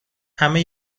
همه